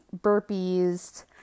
burpees